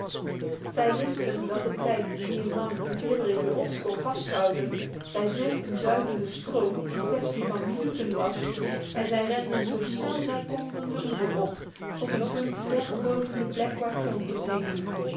zij wisten dat de tijd gedurende welke een man een glibberige rots kon vasthouden bij zulk een zuigende stroom een kwestie van minuten was en zij renden zo snel zij konden de oever op tot een punt ver boven de plek waar thornton hing